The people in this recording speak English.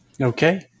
Okay